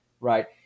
Right